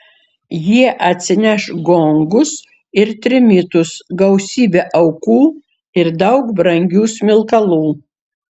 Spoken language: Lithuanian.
jie atsineš gongus ir trimitus gausybę aukų ir daug brangių smilkalų